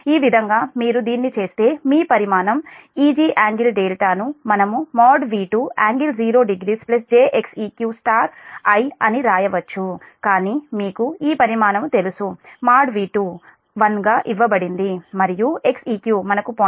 ఈ విధంగా మీరు దీన్ని చేస్తే మీ పరిమాణం Eg∟δ ను మనము |V2| ∟00 j Xeq I అని రాయవచ్చు కానీ మీకు ఈ పరిమాణం తెలుసు|V2| | 1 గా ఇవ్వబడింది మరియు Xeq మనకు 0